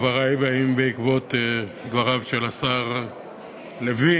דברי באים בעקבות דבריו של השר לוין,